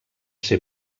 ser